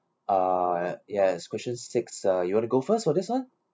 uh yes question six uh you want to go first for this [one]